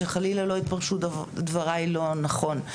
שחלילה לא יתפרשו דבריי לא נכון,